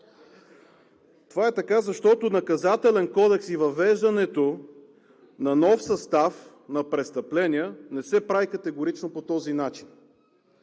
Това е така, защото Наказателен кодекс и въвеждането на нов състав на престъпления не се прави категорично по този начин